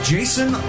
Jason